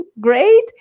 great